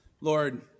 Lord